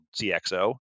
CXO